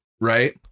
right